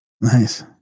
Nice